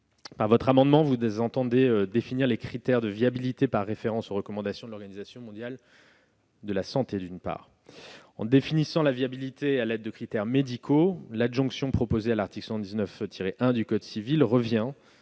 Par votre amendement, vous entendez définir les critères de viabilité par référence aux recommandations de l'Organisation mondiale de la santé. En définissant la viabilité sur le fondement de critères médicaux, l'adjonction proposée à l'article 79-1 du code civil revient